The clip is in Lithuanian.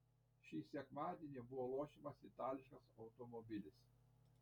šį sekmadienį buvo lošiamas itališkas automobilis